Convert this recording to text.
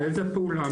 על איזו פעולה,